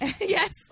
Yes